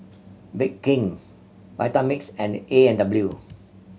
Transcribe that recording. Bake King Vitamix and A and W